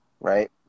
right